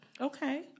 Okay